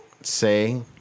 say